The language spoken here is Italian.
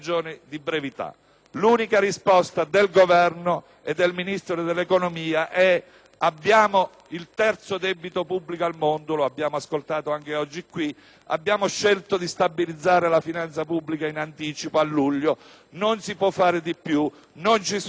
L'unica risposta del Governo e del Ministro dell'economia è: abbiamo il terzo debito pubblico al mondo (lo abbiamo ascoltato anche oggi qui), abbiamo scelto di stabilizzare la finanza pubblica in anticipo, a luglio, non si può fare di più, non ci sono le risorse.